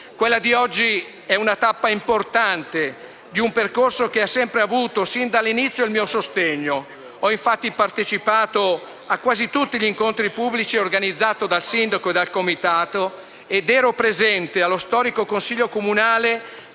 Quella di oggi è una tappa importante di un percorso che ha sempre avuto sin dall'inizio il mio sostegno. Ho infatti partecipato a quasi tutti gli incontri pubblici organizzati dal sindaco e dal comitato ed ero presente allo storico consiglio comunale